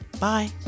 Bye